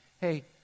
hey